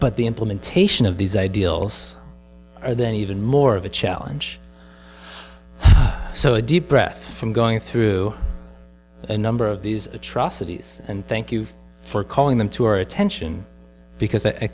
but the implementation of these ideals even more of a challenge so a deep breath i'm going through a number of these atrocities and thank you for calling them to our attention because